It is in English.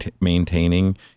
maintaining